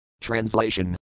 translation